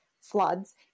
floods